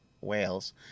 Wales